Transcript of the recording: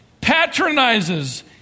patronizes